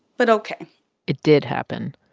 but ok it did happen.